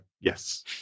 yes